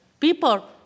People